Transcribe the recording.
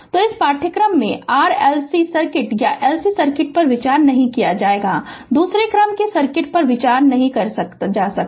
तो इस पाठ्यक्रम में RLC सर्किट या LC सर्किट पर विचार नहीं किया जाएगा दूसरे क्रम के सर्किट पर विचार नहीं किया जाएगा